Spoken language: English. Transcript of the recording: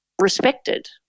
respected